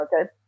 Okay